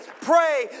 pray